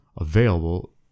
available